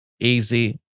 easy